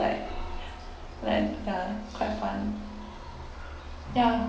like like ya quite fun ya